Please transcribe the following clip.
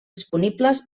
disponibles